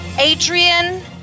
Adrian